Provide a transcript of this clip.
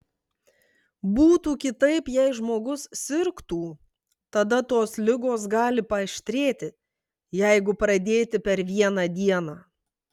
būtų kitaip jei žmogus sirgtų tada tos ligos gali paaštrėti jeigu pradėti per vieną dieną